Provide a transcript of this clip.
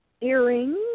earrings